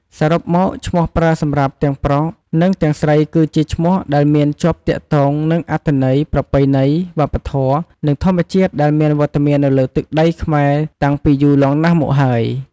សរុបមក ឈ្មោះប្រើសម្រាប់ទាំងប្រុស និងទាំងស្រីគឺជាឈ្មោះដែលមានជាប់ទាក់ទងនឹងអត្ថន័យ ប្រពៃណី វប្បធម៌ និងធម្មជាតិដែលមានវត្តមាននៅលើទឹកដីខ្មែរតាំងពីយូរលង់ណាស់មកហើយ។